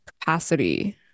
capacity